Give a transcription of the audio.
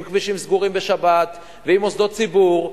כבישים סגורים בשבת ועם מוסדות ציבור,